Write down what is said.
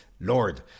Lord